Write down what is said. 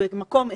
במקום אחד,